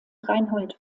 reinhold